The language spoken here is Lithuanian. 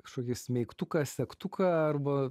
kažkokį smeigtuką segtuką arba